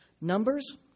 Numbers